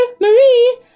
Marie